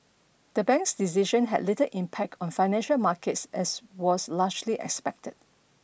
the bank's decision had little impact on financial markets as was largely expected